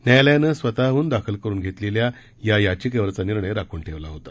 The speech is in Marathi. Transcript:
न्यायालयानं स्वतहून दाखल करून घेतलेल्या या याचिकेवरचा निर्णय राखून ठेवला होता